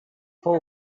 fou